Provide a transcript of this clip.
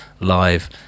live